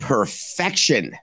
Perfection